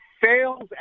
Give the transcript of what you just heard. fails